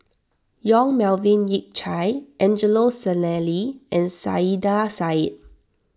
Yong Melvin Yik Chye Angelo Sanelli and Saiedah Said